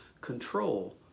control